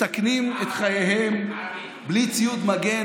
מסכנים את חייהם בלי ציוד מגן,